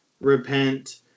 repent